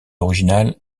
originale